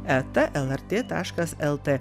eta lrt taškas lt